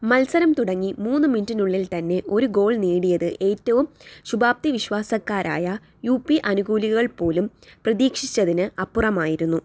മത്സരം തുടങ്ങി മൂന്ന് മിനിറ്റിനുള്ളിൽ തന്നെ ഒരു ഗോൾ നേടിയത് ഏറ്റവും ശുഭാപ്തിവിശ്വാസക്കാരായ യു പി അനുകൂലികൾ പോലും പ്രതീക്ഷിച്ചതിന് അപ്പുറമായിരുന്നു